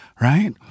right